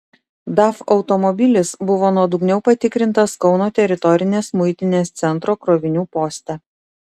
daf automobilis buvo nuodugniau patikrintas kauno teritorinės muitinės centro krovinių poste